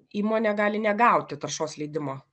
įmonė gali negauti taršos leidimo